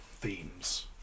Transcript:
themes